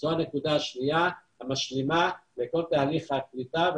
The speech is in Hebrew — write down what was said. זו הנקודה השנייה המשלימה לכל תהליך הקליטה,